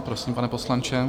Prosím, pane poslanče.